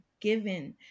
given